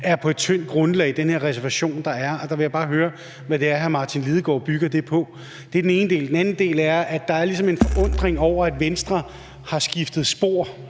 er på et tyndt grundlag, at den her reservation, der er lavet, er sket, og derfor vil jeg bare høre, hvad det er, hr. Martin Lidegaard bygger det på. Det er den ene del. Den anden del er, at der ligesom er en forundring over, at Venstre har skiftet spor